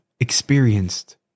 experienced